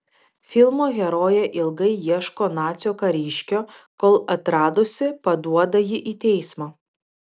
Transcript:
filmo herojė ilgai ieško nacių kariškio kol atradusi paduoda jį į teismą